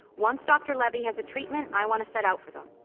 once doctor levy has a treatment, i want to set out for them.